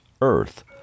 earth